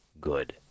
good